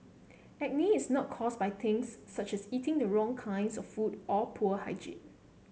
acne is not caused by things such as eating the wrong kinds of food or poor hygiene